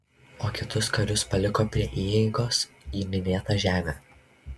o kitus karius paliko prie įeigos į minėtą žemę